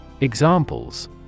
Examples